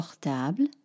portable